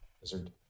Wizard